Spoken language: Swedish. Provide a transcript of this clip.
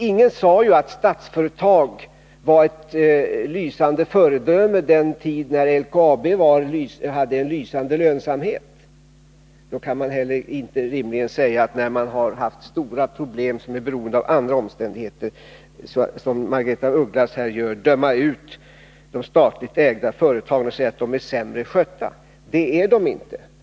Ingen sade ju att Statsföretag var ett lysande föredöme den tid när LKAB hade en god lönsamhet. Då kan man rimligen inte heller, när företag haft stora problem som är beroende av andra omständigheter, döma ut de statligt ägda företagen, som Margaretha af Ugglas gör, och säga att de är sämre skötta. Det är de inte.